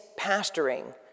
pastoring